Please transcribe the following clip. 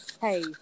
hey